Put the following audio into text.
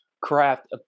craft